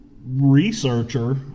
researcher